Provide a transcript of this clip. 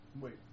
Wait